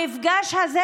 המפגש הזה,